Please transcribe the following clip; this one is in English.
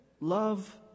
love